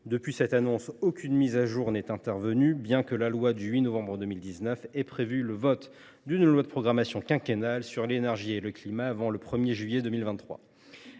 Depuis cette annonce, aucune mise à jour n’est intervenue, bien que la loi du 8 novembre 2019 relative à l’énergie et au climat ait prévu le vote d’une loi de programmation quinquennale sur l’énergie et le climat avant le 1 juillet 2023.